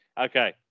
Okay